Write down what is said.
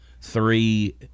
three